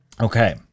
Okay